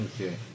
Okay